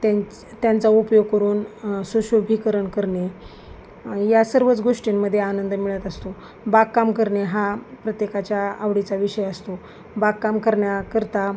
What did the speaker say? त्यांचा त्यांचा उपयोग करून सुशोभिकरण करणे या सर्वच गोष्टींमध्ये आनंद मिळत असतो बागकाम करणे हा प्रत्येकाच्या आवडीचा विषय असतो बागकाम करण्याकरिता